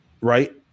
right